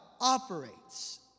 operates